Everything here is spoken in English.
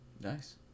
Nice